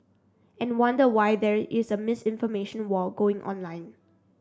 and wonder why there is a misinformation war going on online